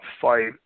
fight